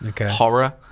horror